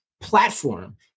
platform